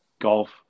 golf